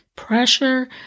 pressure